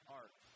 art